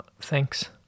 Thanks